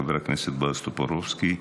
חבר הכנסת בועז טופורובסקי,